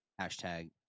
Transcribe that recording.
Hashtag